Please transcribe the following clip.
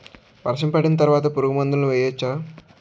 వర్షం పడిన తర్వాత పురుగు మందులను వేయచ్చా?